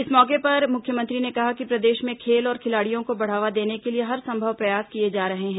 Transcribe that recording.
इस मौके पर मुख्यमंत्री ने कहा कि प्रदेश में खेल और खिलाड़ियों को बढ़ावा देने के लिए हरसंभव प्रयास किए जा रहे हैं